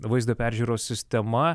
vaizdo peržiūros sistema